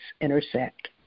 intersect